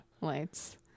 lights